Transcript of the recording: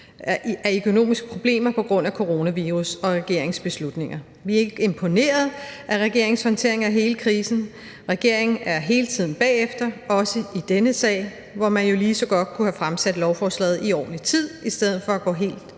har økonomiske problemer på grund af coronavirus og regeringens beslutninger. Vi er ikke imponeret af regeringens håndtering af hele krisen. Regeringen er hele tiden bagefter, også i denne sag. Man kunne jo lige så godt have fremsat lovforslaget i ordentlig tid i stedet for at gå helt